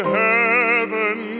heaven